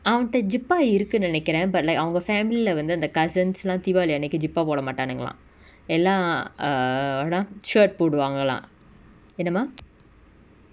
அவன்ட:avanta jibba இருக்கு நெனைகுர:iruku nenaikura but like அவங்க:avanga family lah வந்து அந்த:vanthu antha cousins lah deepavali அன்னைக்கு:annaiku jibba போட மாட்டானுங்கலா எல்லா:poda maatanungala ella err ஓடா:odaa shirt போடுவாங்களா என்னமா:poduvaangala ennama